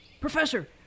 Professor